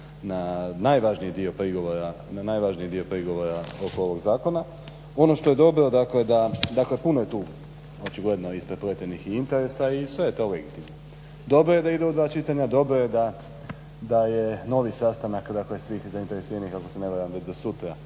na najvažniji dio prigovora oko ovog zakona. Ono što je dobro dakle puno je tu očigledno isprepletenih interesa i sve je to legitimno. Dobro je da ide u dva čitanja, dobro je da je novi sastanak svih zainteresiranih ako se ne varam već za sutra